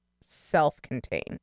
self-contained